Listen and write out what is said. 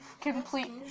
complete